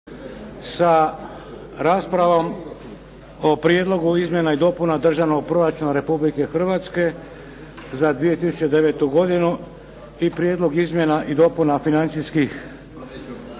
sa raspravom o Prijedlogu izmjena i dopuna Državnog proračuna Republike Hrvatske za 2009. godinu i Prijedlog izmjena i dopuna financijskih